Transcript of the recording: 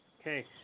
okay